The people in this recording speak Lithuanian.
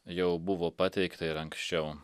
jau buvo pateikta ir anksčiau